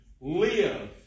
Live